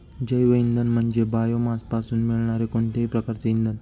जैवइंधन म्हणजे बायोमासपासून मिळणारे कोणतेही प्रकारचे इंधन